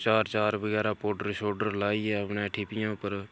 चार चार बगैरा पोडर शोडर लाइयै अपने ठीपियै उप्पर